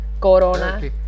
Corona